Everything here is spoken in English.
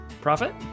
profit